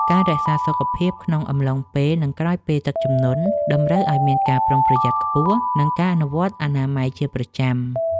ការរក្សាសុខភាពក្នុងអំឡុងពេល និងក្រោយពេលទឹកជំនន់ តម្រូវឱ្យមានការប្រុងប្រយ័ត្នខ្ពស់ និងការអនុវត្តអនាម័យជាប្រចាំ។